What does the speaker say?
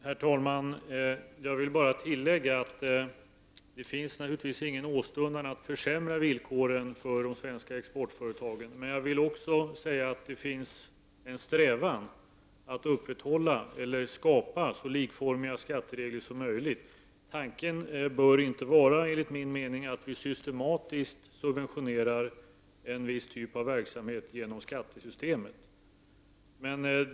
Herr talman! Jag vill bara tillägga att det naturligtvis inte finns någon åstundan att försämra villkoren för de svenska exportföretagen. Men det finns en strävan att upprätthålla eller skapa så likformiga skatteregler som möjligt. Enligt min mening bör tanken inte vara att vi systematiskt subventionerar en viss typ av verksamhet genom skattesystemet.